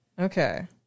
Okay